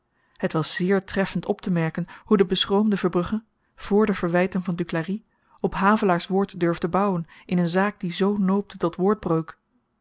het was zeer treffend optemerken hoe de beschroomde verbrugge vr de verwyten van duclari op havelaars woord durfde bouwen in een zaak die zoo noopte tot